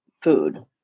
food